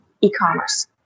e-commerce